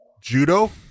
Judo